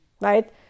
right